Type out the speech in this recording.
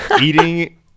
eating